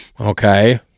Okay